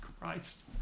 Christ